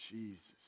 Jesus